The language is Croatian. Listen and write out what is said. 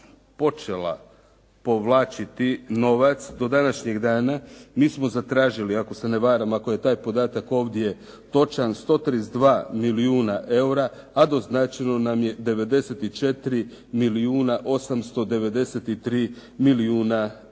počela povlačiti novac do današnjeg dana mi smo zatražili ako se ne varam, ako je taj podatak ovdje točan 132 milijuna eura, a doznačeno nam je 94 milijuna 893 milijuna eura.